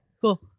cool